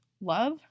love